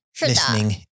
listening